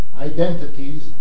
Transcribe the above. identities